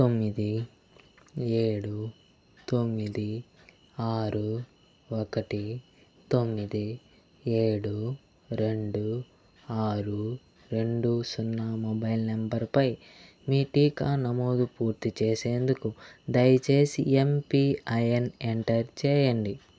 తొమ్మిది ఏడు తొమ్మిది ఆరు ఒకటి తొమ్మిది ఏడు రెండు ఆరు రెండు సున్నా మొబైల్ నంబరుపై మీ టీకా నమోదు పూర్తి చేసేందుకు దయచేసి ఎంపిఐఎన్ ఎంటర్ చేయండి